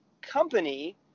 company